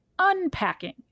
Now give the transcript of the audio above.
unpacking